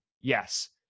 yes